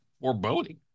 foreboding